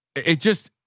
it just,